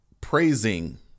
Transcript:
Praising